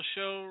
Show